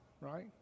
right